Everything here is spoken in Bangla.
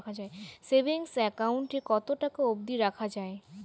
সেভিংস একাউন্ট এ কতো টাকা অব্দি রাখা যায়?